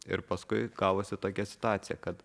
ir paskui gavosi tokia situacija kad